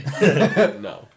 No